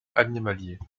animalier